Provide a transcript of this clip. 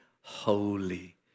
holy